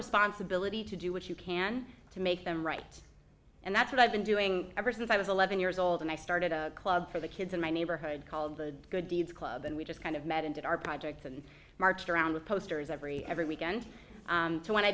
responsibility to do what you can to make them right and that's what i've been doing ever since i was eleven years old and i started a club for the kids in my neighborhood called the good deeds club and we just kind of met and did our projects and marched around with posters every every weekend